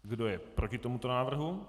Kdo je proti tomuto návrhu?